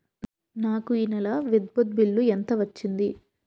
నాకు ఈ నెల విద్యుత్ బిల్లు ఎంత వచ్చింది?